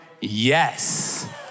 yes